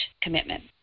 commitment